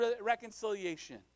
reconciliation